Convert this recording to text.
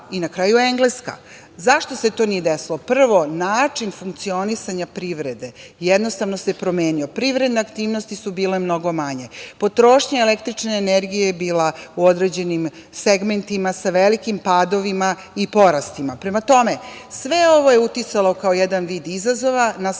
i na kraju Engleska. Zašto se to nije desilo? Prvo, način funkcionisanja privrede jednostavno se promenio, privredne aktivnosti su bile mnogo manje, potrošnja električna energije je bila u određenim segmentima sa velikim padovima i porastima. Prema tome, sve ovo je uticalo kao jedan vid izazova na svaku